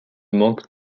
manque